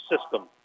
system